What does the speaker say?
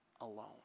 alone